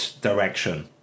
direction